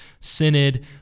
synod